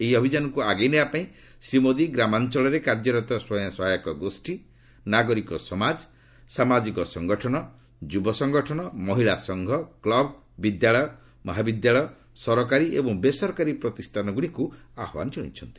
ଏହି ଅଭିଯାନକୁ ଆଗେଇ ନେବାପାଇଁ ଶ୍ରୀ ମୋଦି ଗ୍ରାମାଞ୍ଚଳରେ କାର୍ଯ୍ୟରତ ସ୍ୱୟଂ ସହାୟକ ଗୋଷୀ ନାଗରିକ ସମାଜ ସାମାଜିକ ସଙ୍ଗଠନ ଯୁବ ସଙ୍ଗଠନ ମହିଳା ସଂଘ କ୍ଲବ୍ ବିଦ୍ୟାଳୟ ମହାବିଦ୍ୟାଳୟ ସରକାରୀ ଏବଂ ବେସରକାରୀ ପ୍ରତିଷାନଗୁଡ଼ିକୁ ଆହ୍ୱାନ ଜଣାଇଛନ୍ତି